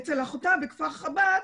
אצל אחותה בכפר חב"ד,